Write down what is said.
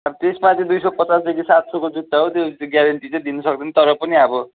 त्यसमा चाहि दुई सय पचासदेखि सात सयको जुत्ता हो त्यो ग्यारेन्टी चैँ दिनु सक्दिनँ तर पनि अब